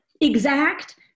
exact